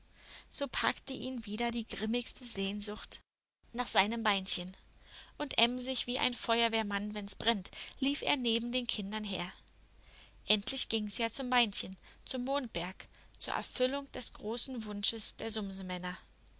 so packte ihn wieder die grimmigste sehnsucht nach seinem beinchen und emsig wie ein feuerwehrmann wenn's brennt lief er neben den kindern her endlich ging's ja zum beinchen zum mondberg zur erfüllung des großen wunsches der